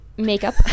makeup